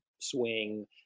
swing